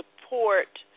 support